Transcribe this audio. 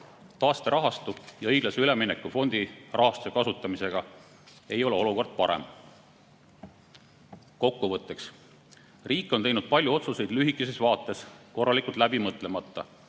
Taasterahastu ja õiglase ülemineku fondi rahastuse kasutamisega ei ole olukord parem. Kokkuvõtteks. Riik on teinud palju otsuseid lühikeses vaates korralikult läbi mõtlemata.